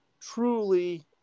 truly